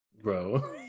bro